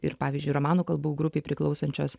ir pavyzdžiui romanų kalbų grupei priklausančios